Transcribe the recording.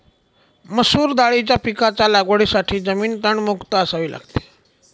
मसूर दाळीच्या पिकाच्या लागवडीसाठी जमीन तणमुक्त असावी लागते